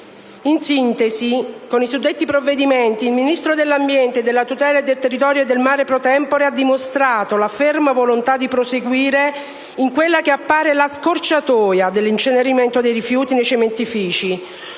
In sintesi, con i suddetti provvedimenti il Ministro dell'ambiente e della tutela del territorio e del mare *pro tempore* ha dimostrato la ferma volontà di proseguire in quella che appare la scorciatoia dell'incenerimento dei rifiuti nei cementifici,